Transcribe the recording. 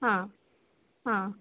ಹಾಂ ಹಾಂ